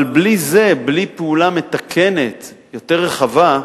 אבל בלי זה, בלי פעולה מתקנת יותר רחבה,